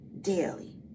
daily